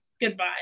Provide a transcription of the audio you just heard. goodbye